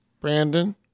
Brandon